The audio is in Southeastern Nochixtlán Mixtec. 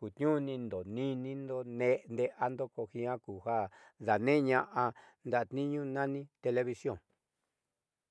kutniunindo nirniindo nde'eando kojvaa dadneeña'o ndaatniiñu nani televisión.